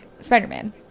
Spider-Man